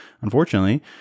unfortunately